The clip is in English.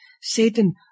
Satan